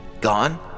Gone